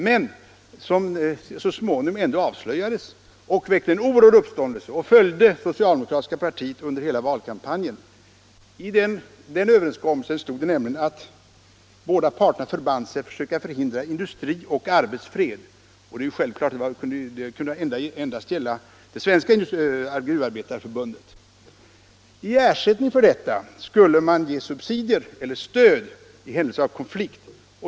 När detta så småningom avslöjades väckte det en oerhörd uppståndelse, som följde det socialdemokratiska partiet under hela valkampanjen. I den överenskommelsen stod det nämligen att båda parterna förband sig att förhindra industrioch arbetsfred. Det var självfallet att detta endast kunde gälla det svenska gruvindustriarbetarförbundet. Som ersättning för denna utfästelse skulle subsidier ges i händelse av konflikt.